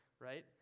right